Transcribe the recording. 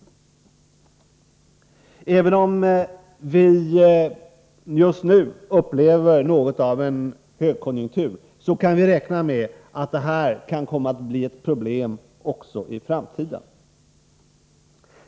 Även om vi just nu upplever något av en högkonjunktur kan vi räkna med att detta kan komma att bli ett problem också i framtiden.